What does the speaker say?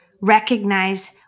recognize